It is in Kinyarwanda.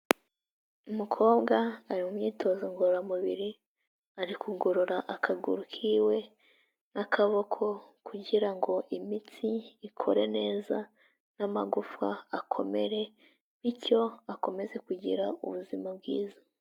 Umukobwa ari mu myitozo ngororamubiri, ari kugorora akaguru kiwe n'akaboko kugira ngo imitsi ikore neza n'amagufa akomere, bityo akomeze kugira ubuzima bwiza.